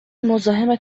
مزاحم